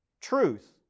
truth